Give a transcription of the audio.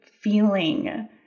feeling